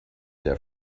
their